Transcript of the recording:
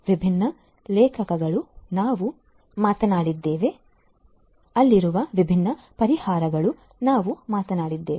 ವಿಭಿನ್ನ ಉಲ್ಲೇಖಗಳು ನಾವು ಮಾತನಾಡಿದ್ದೇವೆ ಅಲ್ಲಿರುವ ವಿಭಿನ್ನ ಪರಿಹಾರಗಳು ನಾವು ಮಾತನಾಡಿದ್ದೇವೆ